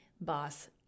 boss